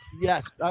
Yes